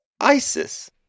Isis